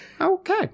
okay